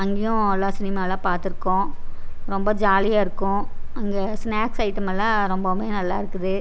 அங்கேயும் எல்லாம் சினிமாலாம் பார்த்துருக்கோம் ரொம்ப ஜாலியாக இருக்கும் அங்கே ஸ்நாக்ஸ் ஐட்டமெல்லாம் ரொம்பவும் நல்லா இருக்குது